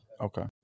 Okay